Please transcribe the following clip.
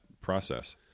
process